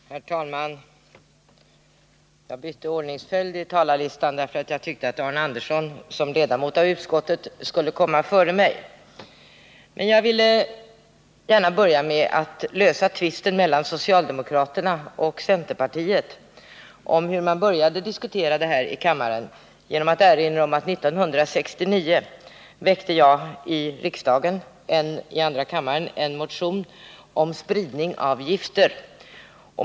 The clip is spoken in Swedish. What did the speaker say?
Herr talman! Jag bytte plats på talarlistan med Arne Andersson, för jag tyckte att han som ledamot av utskottet borde komma före mig. Jag vill börja mitt inlägg med att lösa tvisten mellan socialdemokrater och 75 centerpartister om hur de här frågorna först togs upp i riksdagen. 1969 väckte jag en motion i andra kammaren om spridning av gifter.